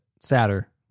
sadder